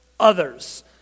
Others